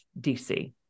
DC